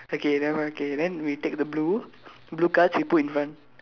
okay never okay then we take the blue blue cards you put in front